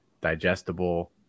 digestible